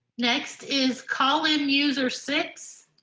next is calling user six.